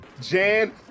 Jan